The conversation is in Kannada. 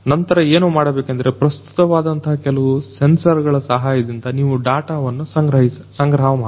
ನಂತರ ಏನು ಮಾಡಬೇಕೆಂದರೆ ಪ್ರಸ್ತುತ ವಾದಂತಹ ಕೆಲವು ಸೆನ್ಸರ್ ಗಳ ಸಹಾಯದಿಂದ ನೀವು ಡಾಟಾವನ್ನು ಸಂಗ್ರಹ ಮಾಡಿ